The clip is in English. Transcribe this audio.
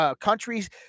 countries